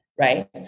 Right